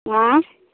आँए